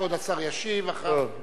כבוד השר ישיב, ואחר כך תוכל להרחיב.